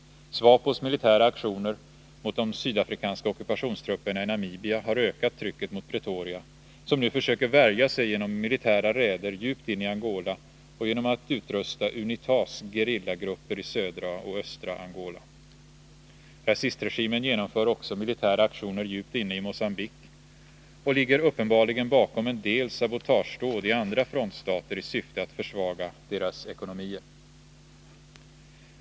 SWAPO:s militära aktioner mot de sydafrikanska ockupationstrupperna i Namibia har ökat trycket mot Pretoria, som nu försöker värja sig genom militära raider djupt in i Angola och genom att utrusta UNITA:s gerillagrupper i södra och östra Angola. Rasistregimen genomför också militära aktioner djupt inne i Mogambique och ligger uppenbarligen bakom en del sabotagedåd i andra frontstater i syfte att försvaga deras ekonomier.